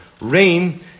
Rain